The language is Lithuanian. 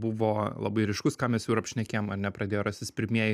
buvo labai ryškus ką mes jau ir apšnekėjom ar ne pradėjo rastis pirmieji